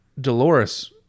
Dolores